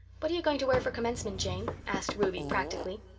what are you going to wear for commencement, jane? asked ruby practically.